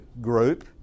group